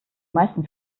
meisten